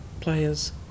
players